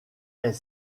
est